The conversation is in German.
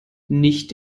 nicht